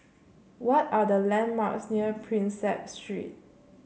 what are the landmarks near Prinsep Street